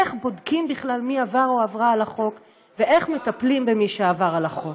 איך בודקים בכלל מי עבר או עברה על החוק ואיך מטפלים במי שעבר על החוק.